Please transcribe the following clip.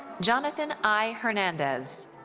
jonathan i. hernandez.